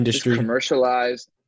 commercialized